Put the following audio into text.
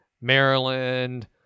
Maryland